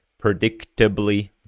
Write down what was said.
predictably